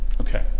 Okay